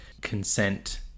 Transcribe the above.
consent